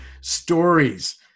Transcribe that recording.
Stories